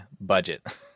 budget